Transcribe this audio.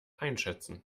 einschätzen